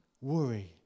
worry